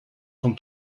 vom